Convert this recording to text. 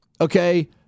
okay